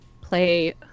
play